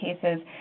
cases